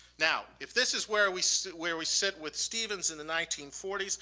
now, if this is where we so where we said what stevens in the nineteen forty s,